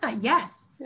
Yes